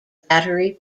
battery